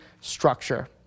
structure